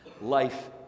life